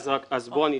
אז אני אתייחס.